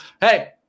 hey